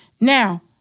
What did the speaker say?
Now